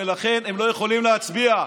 ולכן הם לא יכולים להצביע,